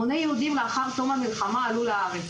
המוני ילדים לאחר תום המלחמה עלו לארץ